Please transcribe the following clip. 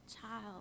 child